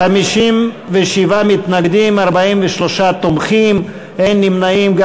57 מתנגדים ו-43 תומכים, ואין נמנעים.